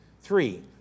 Three